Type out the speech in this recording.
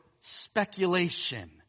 speculation